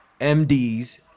MDs